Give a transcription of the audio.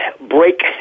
break